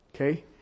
Okay